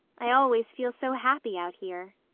i always feel so happy out here.